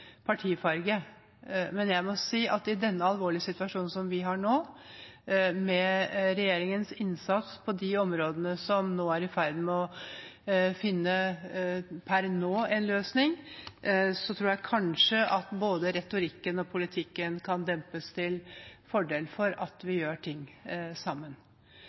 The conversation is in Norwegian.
partifarge, men jeg må si at i den alvorlige situasjonen som vi har nå, med regjeringens innsats på de områdene som per nå er i ferd med å finne en løsning, tror jeg kanskje at både retorikken og politikken kan dempes til fordel for at vi gjør ting sammen.